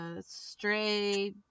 stray